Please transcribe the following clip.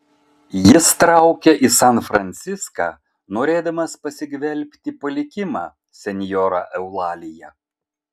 jis traukia į san franciską norėdamas pasigvelbti palikimą senjora eulalija